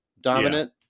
dominant